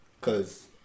Cause